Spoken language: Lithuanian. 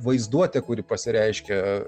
vaizduotę kuri pasireiškia